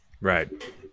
right